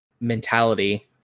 mentality